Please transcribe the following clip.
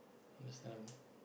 understand